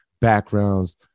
backgrounds